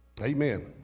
Amen